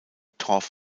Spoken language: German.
torf